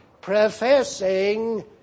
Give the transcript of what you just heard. professing